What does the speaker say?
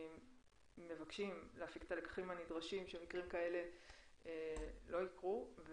מבקשים להפיק את הלקחים הנדרשים שמקרים כאלה לא יקרו,